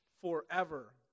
forever